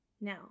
Now